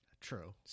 True